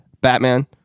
Batman